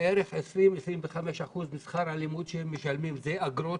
בערך 20% - 25% משכר הלימוד שהם משלמים זה אגרות